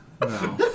No